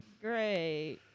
Great